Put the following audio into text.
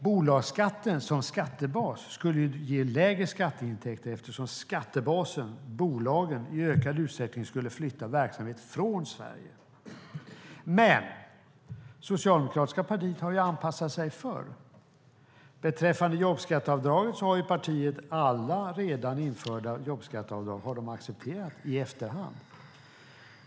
Bolagsskatten som skattebas skulle också ge lägre skatteintäkter eftersom skattebasen, alltså bolagen, i ökad utsträckning skulle flytta verksamhet från Sverige. Det socialdemokratiska partiet har dock anpassat sig förr - beträffande jobbskatteavdraget har partiet accepterat alla redan införda avdrag i efterhand.